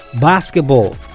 basketball